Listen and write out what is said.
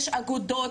יש אגודות,